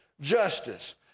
justice